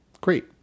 Great